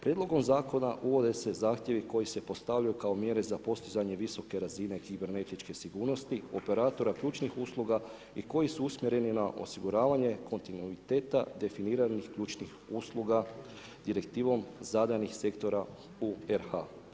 Prijedlogom zakona, uvode se zahtjevi koji se postavljaju kao mjere za postizanje visoke razine kibernetičke sigurnosti, operatora ključnih usluga i koji su usmjereni na osiguravanje, kontinuiteta definiranih ključnih usluga direktivom zadanih sektora u RH.